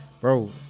bro